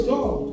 God